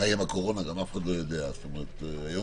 מה יהיה עם הקורונה,